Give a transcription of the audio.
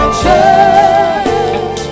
church